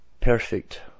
perfect